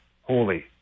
holy